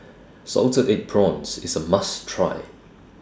Salted Egg Prawns IS A must Try